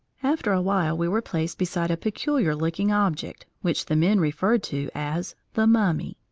after a while we were placed beside a peculiar-looking object, which the men referred to as the mummy.